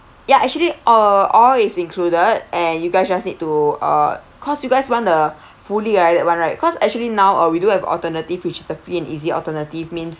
ya actually all all is included and you guys just need to uh cause you guys want the fully guided that [one] right cause actually now uh we do have alternative which is the free and easy alternative means